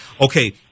Okay